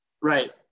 Right